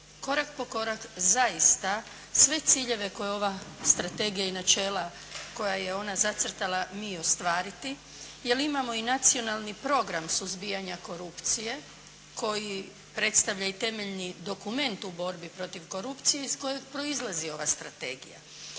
korak po korak zaista sve ciljeve koje je ova strategija i načela koja je ona zacrtala mi ostvariti jer imamo i Nacionalni program suzbijanja korupcije koji predstavlja i temeljni dokument u borbi protiv korupcije iz kojeg proizlazi ova strategija.